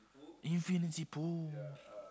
infinity pool